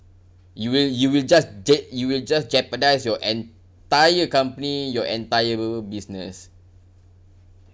you will you will just jeo~ you will just jeopardise your entire company your entire business